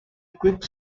quick